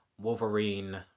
wolverine